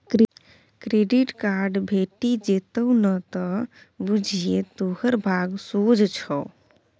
credit card भेटि जेतउ न त बुझिये तोहर भाग सोझ छौ